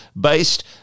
based